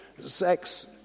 Sex